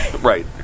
Right